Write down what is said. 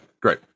great